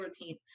routine